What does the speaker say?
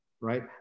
right